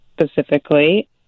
specifically